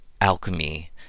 alchemy